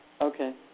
okay